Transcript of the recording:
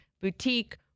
boutique